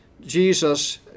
Jesus